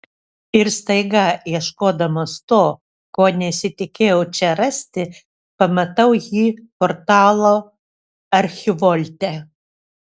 ir staiga ieškodamas to ko nesitikėjau čia rasti pamatau jį portalo archivolte